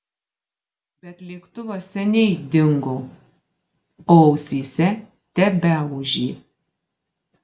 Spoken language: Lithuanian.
bet lėktuvas seniai dingo o ausyse tebeūžė